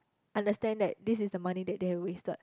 understand that this is the money that they have wasted